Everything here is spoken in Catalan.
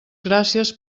gràcies